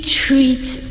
treats